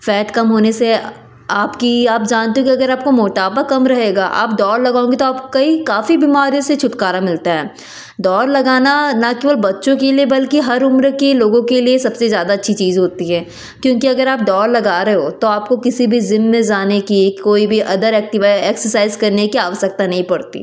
fat कम होने से आपकी आप जानते कि अगर आपका मोटापा कम रहेगा आप दौड़ लगाओगे तो आप कई काफ़ी बीमारियों से छुटकारा मिलता है दौड़ लगाना ना केवल बच्चों के लिए बल्कि हर उम्र के लोगों के लिए सबसे ज़्यादा अच्छी चीज़ होती है क्योंकि अगर आप दौड़ लगा रहे हो तो आपको किसी भी ज़िम में ज़ाने की कोई भी अदर एक्टिव एक्सरसाइज़ करने की आवश्यकता नहीं पड़ती